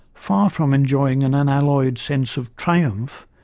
far from enjoying an unalloyed sense of triumph,